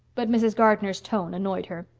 but mrs. gardner's tone annoyed her.